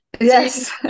Yes